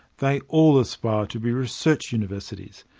they all aspire to be research universities,